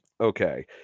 Okay